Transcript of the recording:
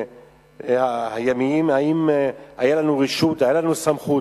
אם היתה לנו רשות או סמכות.